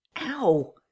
Ow